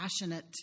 passionate